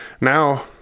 now